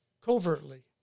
covertly